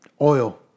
Oil